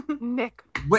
Nick